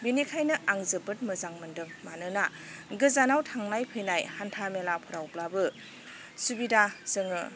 बेनिखायनो आं जोबोद मोजां मोन्दों मानोना गोजानाव थांनाय फैनाय हान्था मेलाफ्रावब्लाबो सुबिदा जोङो